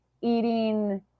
eating